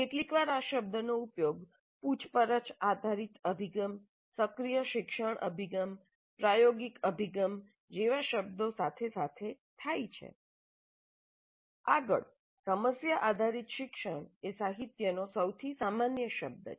કેટલીકવાર આ શબ્દનો ઉપયોગ પૂછપરછ આધારિત અભિગમ સક્રિય શિક્ષણ અભિગમ પ્રાયોગિક અભિગમ જેવા શબ્દો સાથે સાથે થાય છે આગળ સમસ્યા આધારિત શિક્ષણ એ સાહિત્યનો સૌથી સામાન્ય શબ્દ છે